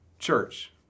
Church